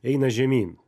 eina žemyn